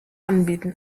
anbieten